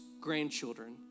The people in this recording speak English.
grandchildren